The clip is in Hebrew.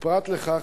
ופרט לכך,